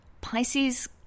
Pisces